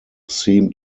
seem